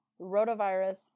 rotavirus